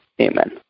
Amen